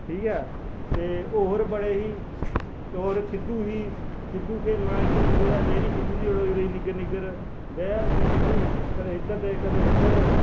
ठीक ऐ ते और बडे़ ही और खिद्धो ही खिद्धू खेलना इक दूए कन्नै जेहड़ी सिद्दो दी देनी निग्गर निग्गर गेआ खिद्धू कंदे इद्धर कदें उद्धर